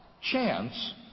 chance